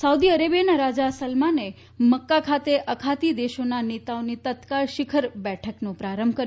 Saudi અરેબિયાના રાજા સલમાને મક્કા ખાતે અખાતી દેશોના નેતાઓની તત્કાળ શિખર બેઠકનો પ્રારંભ કર્યો